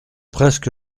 presque